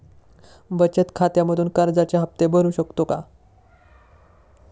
बचत खात्यामधून कर्जाचे हफ्ते भरू शकतो का?